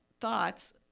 thoughts